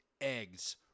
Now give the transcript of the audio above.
eggs